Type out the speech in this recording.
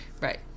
Right